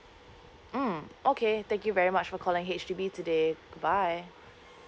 mm okay thank you very much for calling H_D_B today goodbye